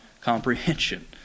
comprehension